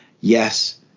Yes